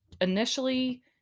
initially